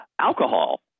Alcohol